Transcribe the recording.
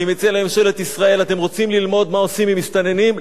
אני מציע לממשלת ישראל: אתם רוצים ללמוד מה עושים עם מסתננים?